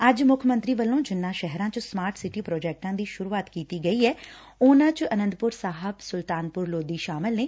ਅੱਜ ਮੁੱਖ ਮੰਤਰੀ ਵੱਲੋਂ ਜਿਨਾਂ ਸ਼ਹਿਰਾਂ ਵਿਚ ਸਮਾਰਟ ਸਿਟੀ ਪ੍ਰੋਜੈਕਟਾਂ ਦੀ ਸ਼ੁਰੁਆਤ ਕੀਤੀ ਗਈ ਐ ਉਨਾਂ ਚ ਅਨੰਦਪੁਰ ਸਾਹਿਬ ਸੁਲਤਾਨਪੁਰ ਲੋਧੀ ਸ਼ਾਮਲ ਨੇ